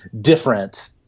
different